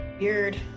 Weird